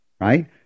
right